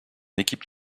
équipe